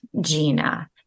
Gina